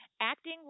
acting